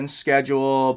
schedule